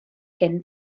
hyn